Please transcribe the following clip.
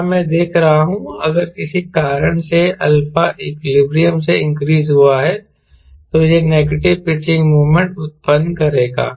यहाँ मैं देख रहा हूँ अगर किसी कारण से α इक्विलिब्रियम से इंक्रीज़ हुआ है तो यह नेगेटिव पिचिंग मोमेंट उत्पन्न करेगा